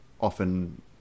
often